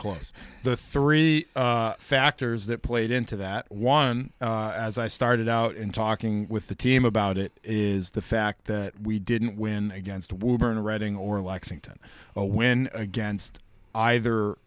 close the three factors that played into that one as i started out in talking with the team about it is the fact that we didn't win against a woman reading or lexington a win against either